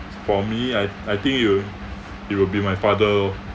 for me I I think it will it will be my father lor